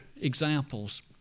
examples